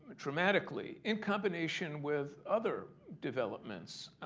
dramatically, in combination with other developments,